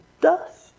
dust